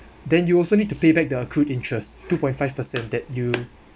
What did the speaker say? then you also need to pay back the accrued interest two point five percent that you